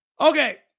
Okay